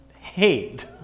hate